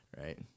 right